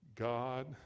God